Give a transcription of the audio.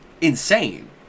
insane